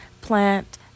plant